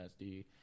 sd